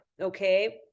Okay